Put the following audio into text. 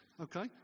Okay